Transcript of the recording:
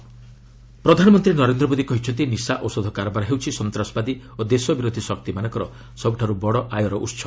PM narcotics ପ୍ରଧାନମନ୍ତ୍ରୀ ନରେନ୍ଦ୍ର ମୋଦି କହିଛନ୍ତି ନିଶା ଔଷଧ କାରବାର ହେଉଛି ସନ୍ତାସବାଦୀ ଓ ଦେଶ ବିରୋଧୀ ଶକ୍ତିମାନଙ୍କର ସବୁଠାରୁ ବଡ଼ ଆୟର ଉତ୍ସ